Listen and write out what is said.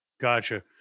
Gotcha